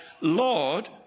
Lord